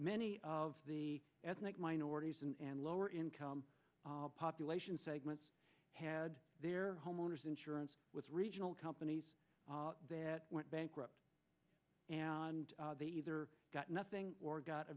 many of the ethnic minorities and lower income population segments had their homeowners insurance with regional companies that went bankrupt and they either got nothing or got a